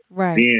right